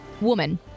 woman